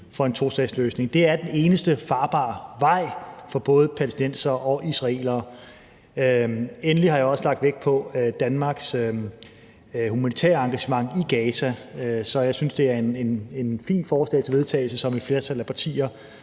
for en tostatsløsning. Det er den eneste farbare vej for både palæstinensere og israelere. Endelig har jeg også lagt vægt på Danmarks humanitære engagement i Gaza, så jeg synes, det er et fint forslag til vedtagelse, som et flertal af partier